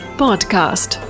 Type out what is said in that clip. podcast